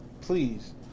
Please